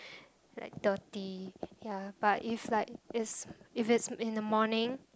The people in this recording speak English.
like dirty ya but if like is if it's in the morning